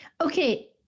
Okay